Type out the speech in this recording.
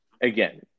again